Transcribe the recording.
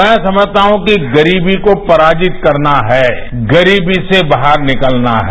मैं सम्रस्ता हूं कि गरीबी को पराजित करना है गरीबी से बाहर निकलना है